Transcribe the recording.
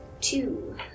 Two